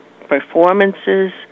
performances